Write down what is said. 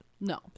No